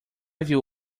viu